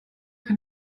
kann